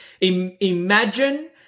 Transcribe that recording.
imagine